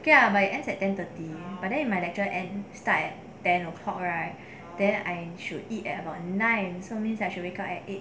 okay lah but it ends at ten thirty but then my lecture end start at ten o'clock right then I should eat at about nine so means I should wake up at eight